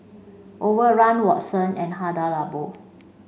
Overrun Watsons and Hada Labo